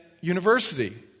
University